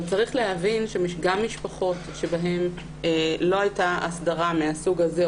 אבל צריך להבין שגם במשפחות שבהן לא הייתה הסדרה מהסוג הזה,